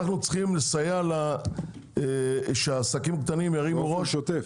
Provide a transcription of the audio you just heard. אנו צריכים שהעסקים הקטנים ירימו ראש בשוטף,